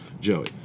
Joey